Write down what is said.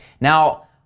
now